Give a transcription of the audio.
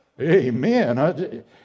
Amen